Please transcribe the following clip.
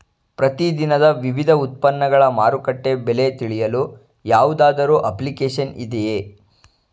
ಪ್ರತಿ ದಿನದ ವಿವಿಧ ಉತ್ಪನ್ನಗಳ ಮಾರುಕಟ್ಟೆ ಬೆಲೆ ತಿಳಿಯಲು ಯಾವುದಾದರು ಅಪ್ಲಿಕೇಶನ್ ಇದೆಯೇ?